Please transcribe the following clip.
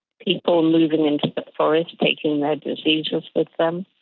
people moving into but the forest taking their diseases with them.